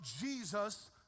Jesus